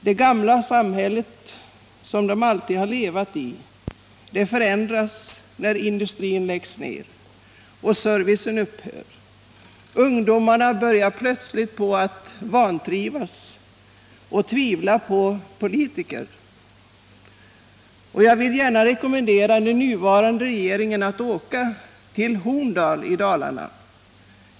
Det gamla samhället, som de alltid har levat i, förändras när industrier lägger ner och servicen upphör. Ungdomar börjar plötsligt vantrivas och tvivla på politiker. Jag vill gärna rekommendera den nuvarande regeringen att åka till Horndal i Dalarna.